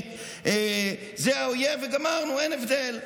זה האויב וגמרנו, אין הבדל.